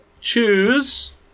choose